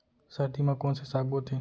सर्दी मा कोन से साग बोथे?